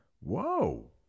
Whoa